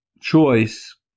choice